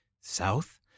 south